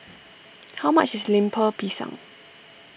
how much is Lemper Pisang